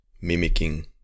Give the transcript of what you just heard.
mimicking